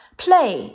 play